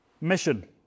mission